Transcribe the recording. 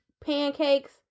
pancakes